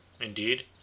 Indeed